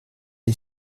les